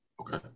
Okay